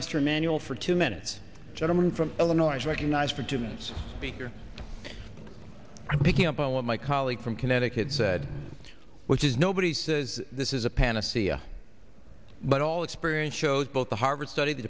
emanuel for two minutes gentleman from illinois recognized for tim's speaker picking up on what my colleague from connecticut said which is nobody says this is a panacea but all experience shows both the harvard study the